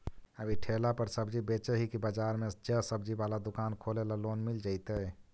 अभी ठेला पर सब्जी बेच ही का बाजार में ज्सबजी बाला दुकान खोले ल लोन मिल जईतै?